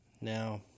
Now